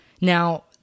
Now